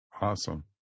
Awesome